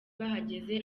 bahageze